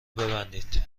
ببندید